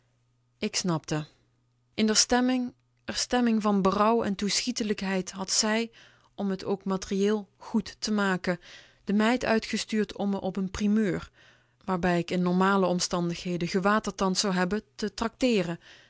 ik snapte in r stemming r stemming van berouw en toeschietelijkheid had zij om t ook materieel goed te maken de meid uitgestuurd om me op n primeur waarbij k in normale omstandigheden gewatertand zou hebben te trakteeren